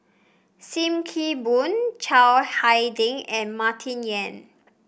Sim Kee Boon Chiang Hai Ding and Martin Yan